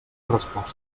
resposta